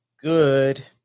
good